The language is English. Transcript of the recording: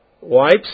wipes